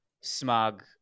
Smug